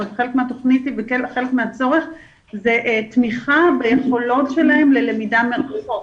חלק מהצורך זה תמיכה ביכולות שלהם ללמידה מרחוק,